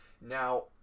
Now